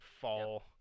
fall